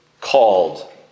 called